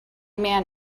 man